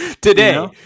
Today